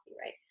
right